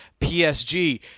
PSG